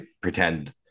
pretend